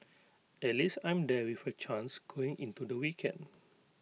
at least I'm there with A chance going into the weekend